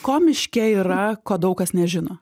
ko miške yra ko daug kas nežino